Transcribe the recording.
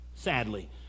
Sadly